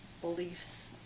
beliefs